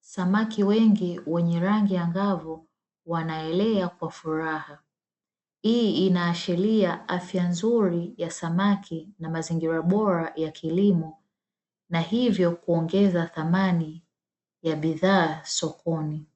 samaki wengi rangi angavu wanaelea kwa furaha, hii inaashiria afya nzuri ya samaki na mazingira bora ya kilimo na hivyo kuongeza thamani ya bidhaa sokoni.